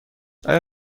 آیا